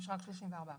יש בה רק 34 כרגע.